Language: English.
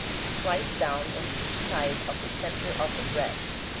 slice down on each side of the centre of the breast,